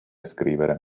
scrivere